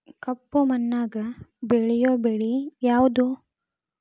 ಕಪ್ಪು ಮಣ್ಣಾಗ ಬೆಳೆಯೋ ಬೆಳಿ ಯಾವುದು?